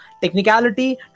technicality